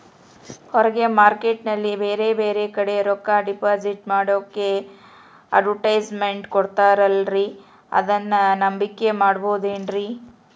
ಹೊರಗೆ ಮಾರ್ಕೇಟ್ ನಲ್ಲಿ ಬೇರೆ ಬೇರೆ ಕಡೆ ರೊಕ್ಕ ಡಿಪಾಸಿಟ್ ಮಾಡೋಕೆ ಅಡುಟ್ಯಸ್ ಮೆಂಟ್ ಕೊಡುತ್ತಾರಲ್ರೇ ಅದನ್ನು ನಂಬಿಕೆ ಮಾಡಬಹುದೇನ್ರಿ?